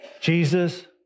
Jesus